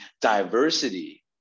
diversity